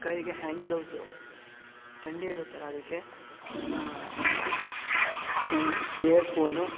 ಕೈಗೆ hand gloves ಥಂಡಿ ಇರುತ್ತಲ್ವ ಅದಕ್ಕೆ ಇಯರ್ಫೋನು